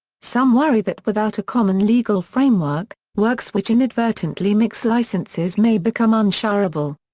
some worry that without a common legal framework, works which inadvertently mix licenses may become unshareable.